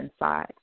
inside